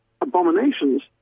abominations